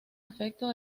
efecto